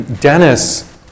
Dennis